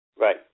Right